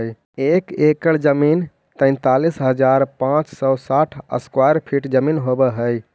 एक एकड़ जमीन तैंतालीस हजार पांच सौ साठ स्क्वायर फीट जमीन होव हई